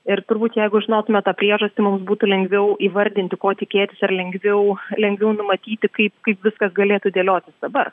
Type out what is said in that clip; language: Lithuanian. ir turbūt jeigu žinotume tą priežastį mums būtų lengviau įvardinti ko tikėtis ir lengviau lengviau numatyti kaip kaip viskas galėtų dėliotis dabar